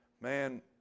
man